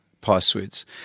passwords